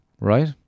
right